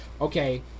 Okay